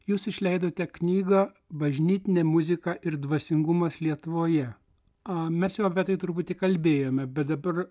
jūs išleidote knygą bažnytinė muzika ir dvasingumas lietuvoje a mes jau apie tai truputį kalbėjome bet dabar